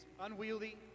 unwieldy